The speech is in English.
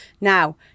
now